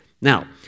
Now